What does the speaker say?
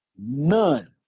None